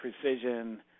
precision –